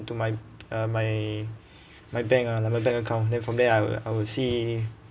into my uh my my bank ah like bank account then from there I will I will see